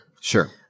Sure